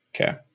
Okay